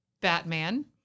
batman